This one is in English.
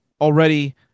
already